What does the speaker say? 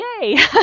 yay